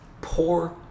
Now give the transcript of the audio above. poor